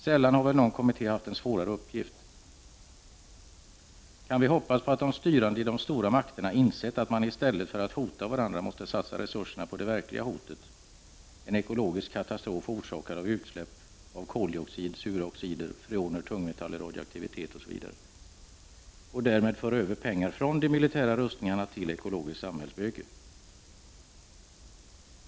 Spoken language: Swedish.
Sällan har väl någon kommitté haft en svårare uppgift. Kan vi hoppas på att de styrande i de stora makterna insett att man i stället för att hota varandra måste satsa resurserna på det verkliga hotet — en ekologisk katastrof, orsakad av utsläpp av koldioxid, sura oxider, freoner, tungmetaller, radioaktivitet osv. och därmed föra över pengar från de militära rustningarna till ekologiskt samhällsbygge?